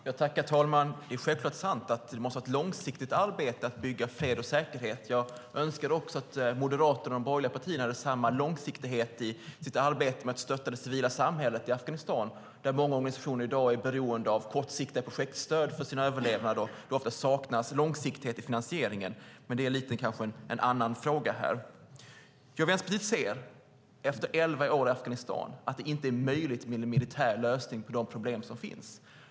Herr talman! Det är självklart sant att det måste vara ett långsiktigt arbete att bygga fred och säkerhet. Jag önskar att Moderaterna och de borgerliga partierna hade samma långsiktighet i sitt arbete med att stötta det civila samhället i Afghanistan, där många organisationer i dag är beroende av kortsiktiga projektstöd för sin överlevnad. Det saknas ofta långsiktighet i finansieringen. Men det kanske är en lite annan fråga. Vänsterpartiet ser, efter elva år i Afghanistan, att det inte är möjligt med en militär lösning på de problem som finns.